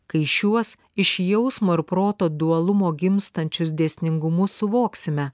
kai šiuos iš jausmo ir proto dualumo gimstančius dėsningumus suvoksime